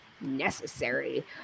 necessary